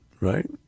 right